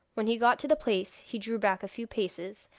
when he got to the place he drew back a few paces,